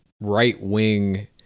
right-wing